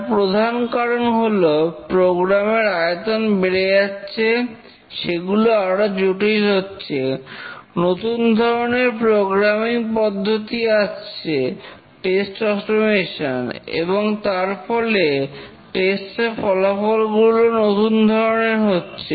তার প্রধান কারণ হলো প্রোগ্রাম এর আয়তন বেড়ে যাচ্ছে সেগুলো আরও জটিল হচ্ছে নতুন ধরনের প্রোগ্রামিং পদ্ধতি আসছে টেস্ট অটমেশন এবং তার ফলে টেস্ট এর ফলাফলগুলো নতুন ধরনের হচ্ছে